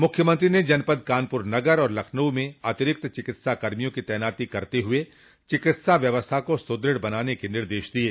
मुख्यमंत्री ने जनपद कानपुर नगर आर लखनऊ में अतिरिक्त चिकित्साकर्मियों की तैनाती करते हुए चिकित्सा व्यवस्था को सुदृढ़ बनाने के निर्देश दिये